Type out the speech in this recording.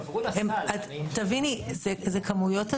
תביני, זה כמויות אדירות.